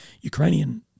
Ukrainian